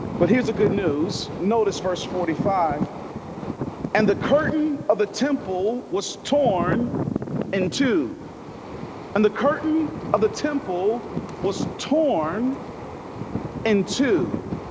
but here's a good news notice verse forty five and the curtain of the temple was torn in two and the curtain of the temple was torn in and two